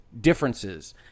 differences